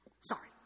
Sorry